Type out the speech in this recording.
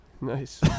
Nice